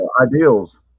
ideals